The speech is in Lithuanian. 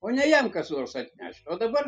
o ne jam kas nors atneš o dabar